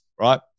right